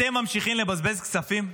אתם ממשיכים לבזבז כספים?